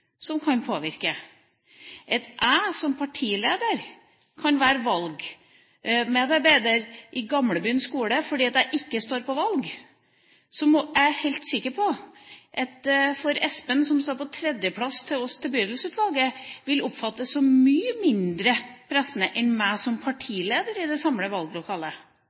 som kan påvirke, og at jeg som partileder kan være valgmedarbeider på Gamlebyen skole fordi jeg ikke står på valg. Jeg er helt sikker på at Espen, som står på tredjeplass hos oss til bydelsutvalget, vil oppfattes som mye mindre pressende enn meg som partileder i det samme valglokalet. Jeg tipper at det er ingen partiledere – av ren høflighetskontekst – som velger å